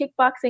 kickboxing